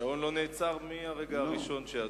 השעון לא נעצר מהרגע הראשון שאדוני העיר.